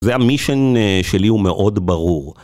זה המישן שלי הוא מאוד ברור.